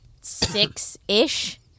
six-ish